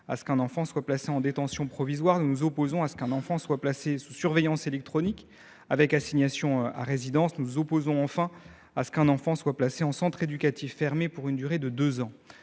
à ce qu’un enfant soit placé en détention provisoire. Nous nous opposons à ce qu’un enfant soit placé sous surveillance électronique avec assignation à résidence. Nous nous opposons, enfin, à ce qu’un enfant soit placé en centre éducatif fermé (CEF) pour une durée de deux ans.